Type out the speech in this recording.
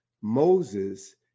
Moses